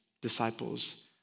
disciples